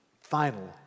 final